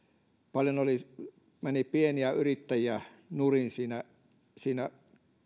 paljon meni pieniä yrittäjiä nurin siinä siinä